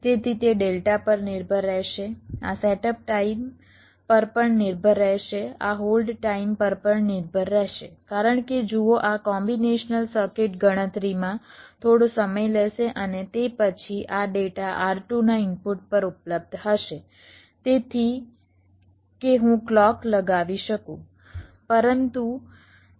તેથી તે ડેલ્ટા પર નિર્ભર રહેશે આ સેટઅપ ટાઇમ પર પણ નિર્ભર રહેશે આ હોલ્ડ ટાઇમ પર પણ નિર્ભર રહેશે કારણ કે જુઓ આ કોમ્બીનેશનલ સર્કિટ ગણતરીમાં થોડો સમય લેશે અને તે પછી આ ડેટા R2 ના ઇનપુટ પર ઉપલબ્ધ થશે તેથી કે હું ક્લૉક લગાવી શકું